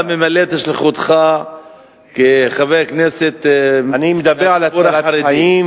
אתה ממלא את שליחותך כחבר כנסת מהציבור החרדי.